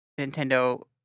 Nintendo